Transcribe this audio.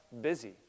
busy